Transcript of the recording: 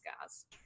guys